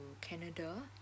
Canada